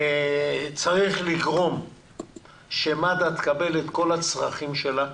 צריך לגרום לכך שמד"א יקבל את כל הצרכים שלו,